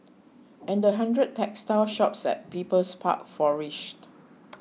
and the hundred textile shops at People's Park flourished